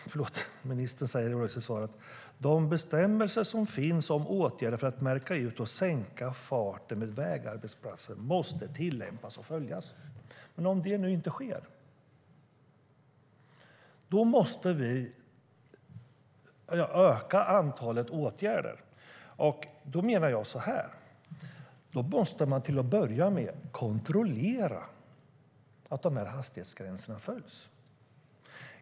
Ministern säger i svaret: "De bestämmelser som finns om åtgärder för att märka ut och sänka farten vid vägarbetsplatser måste tillämpas och följas." Men om det inte sker måste vi öka antalet åtgärder. Då menar jag att man till att börja med måste kontrollera att dessa hastighetsgränser följs.